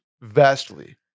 vastly